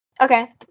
Okay